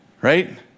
Right